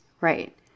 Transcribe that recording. right